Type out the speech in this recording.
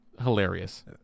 hilarious